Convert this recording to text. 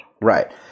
Right